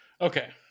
okay